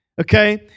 Okay